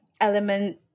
element